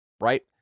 right